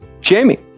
Jamie